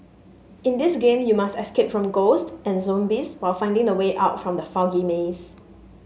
in this game you must escape from ghost and zombies while finding the way out from the foggy maze